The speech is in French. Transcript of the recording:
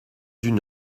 une